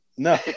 No